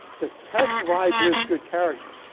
to testify to his good character.